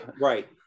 right